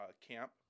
camp